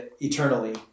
eternally